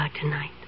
tonight